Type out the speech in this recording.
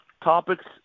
topics